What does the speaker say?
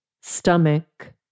stomach